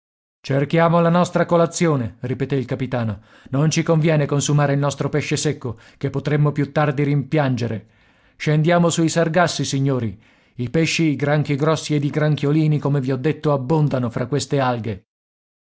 cerchiamo la nostra colazione ripeté il capitano non ci conviene consumare il nostro pesce secco che potremmo più tardi rimpiangere scendiamo sui sargassi signori i pesci i granchi grossi ed i granchiolini come vi ho detto abbondano fra queste alghe